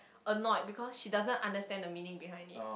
annoyed because she doesn't understand the meaning behind it